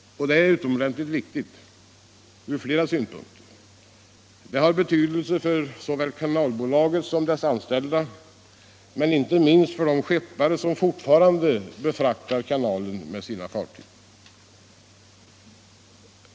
Det är utomordentligt viktigt från flera synpunkter. Det har betydelse för både Kanalbolaget och dess anställda men inte minst för de skeppare som fortfarande befraktar kanalen med sina fartyg.